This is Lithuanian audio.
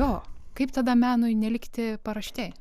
jo kaip tada menui nelikti paraštėj